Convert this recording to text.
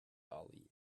ali